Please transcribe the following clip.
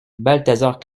balthazar